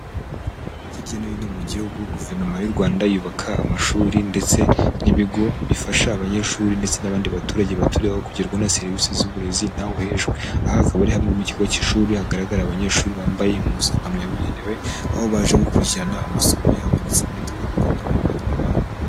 Hirya no hino mu gihugu, guverinoma y'u Rwanda yubaka amashuri ndetse n'ibigo bifasha abanyeshuri, ndetse n'abandi baturage baturiye aho, kugerwaho na serivisi z'uburezi nta we uhejw,e. Aha akaba ari hamwe mu kigo cy'ishuri, hagaragara abanyeshuri bambaye impuzankano yabugenewe, aho baje gukurikirana amasomo yabo, ndetse banitabwaho n'abarimu babo.